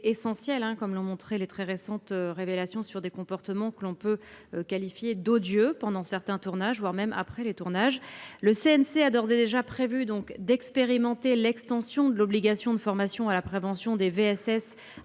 comme l’ont montré de récentes révélations sur des comportements que l’on peut qualifier d’odieux pendant, voire après certains tournages. Le CNC a d’ores et déjà prévu d’expérimenter l’extension de l’obligation de formation à la prévention des VSS